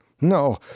no